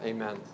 Amen